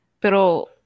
Pero